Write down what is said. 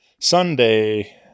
Sunday